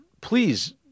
Please